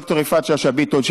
ד"ר יפעת שאשא ביטון,